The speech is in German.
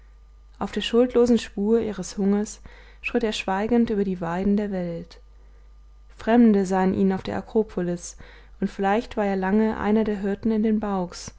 auf der schuldlosen spur ihres hungers schritt er schweigend über die weiden der welt fremde sahen ihn auf der akropolis und vielleicht war er lange einer der hirten in den baux